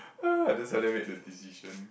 uh that's why I made the decision